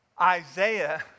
Isaiah